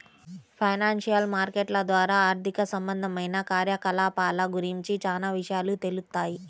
financial మార్కెట్ల ద్వారా ఆర్థిక సంబంధమైన కార్యకలాపాల గురించి చానా విషయాలు తెలుత్తాయి